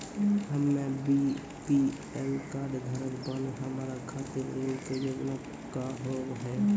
हम्मे BPL card धारक बानि हमारा खातिर ऋण के योजना का होव हेय?